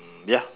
um ya